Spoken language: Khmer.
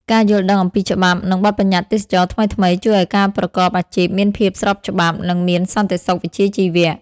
ការយល់ដឹងអំពីច្បាប់ និងបទបញ្ញត្តិទេសចរណ៍ថ្មីៗ ជួយឱ្យការប្រកបអាជីពមានភាពស្របច្បាប់ និងមានសន្តិសុខវិជ្ជាជីវៈ។